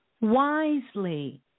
wisely